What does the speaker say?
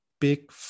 big